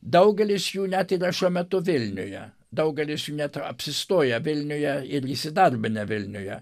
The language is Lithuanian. daugelis jų net yra šiuo metu vilniuje daugelis jų net ir apsistoję vilniuje ir įsidarbinę vilniuje